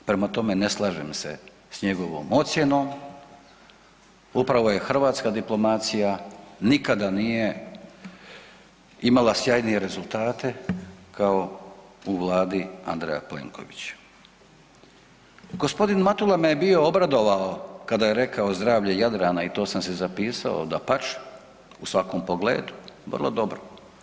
Prema tome, ne slažem se s njegovom ocjenom, upravo je hrvatska diplomacija, nikada nije imala sjajnije rezultate kao u vladi Andreja Plenkovića. g. Matula me je bio obradovao kada je rekao zdravlje Jadrana i to sam si zapisao, dapače u svakom pogledu, vrlo dobro.